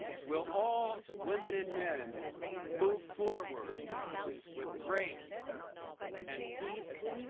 will all women and men move forward with grace and peace